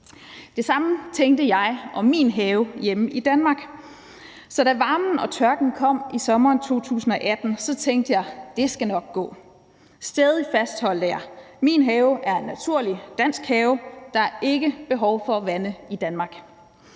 Det samme tænkte jeg om min have hjemme i Danmark. Så da varmen og tørken kom i sommeren 2018, tænkte jeg: Det skal nok gå. Stædigt fastholdt jeg, at min have er en naturlig dansk have; der er ikke behov for at vande i Danmark.